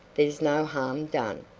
there's no harm done.